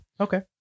Okay